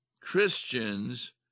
Christians